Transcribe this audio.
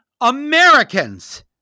Americans